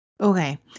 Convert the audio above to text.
Okay